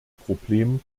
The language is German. problem